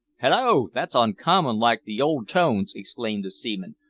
hallo! that's uncommon like the old tones, exclaimed the seaman,